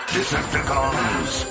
Decepticons